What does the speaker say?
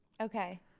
Okay